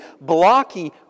blocky